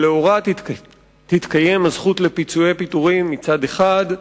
שלאורה תתקיים הזכות לפיצויי פיטורים מצד אחד,